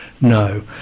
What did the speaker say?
no